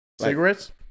Cigarettes